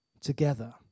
together